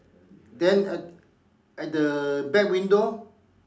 then at the back window